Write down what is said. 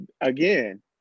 again